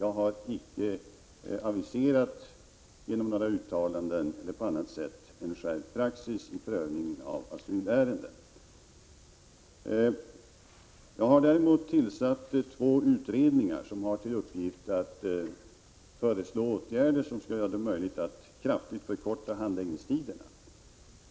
Jag har inte genom några uttalanden eller på andra sätt aviserat en skärpt praxis vid prövning av asylärenden. Jag har däremot tillsatt två utredningar som har till uppgift att föreslå åtgärder som skall göra det möjligt att kraftigt förkorta handläggningstiderna.